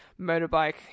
motorbike